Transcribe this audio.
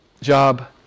job